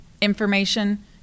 information